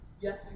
yes